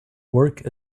work